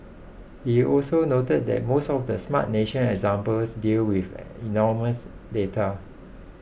he also noted that most of the Smart Nation examples deal with anonymous data